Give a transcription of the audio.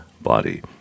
body